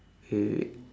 wait wait wait